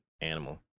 animal